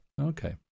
Okay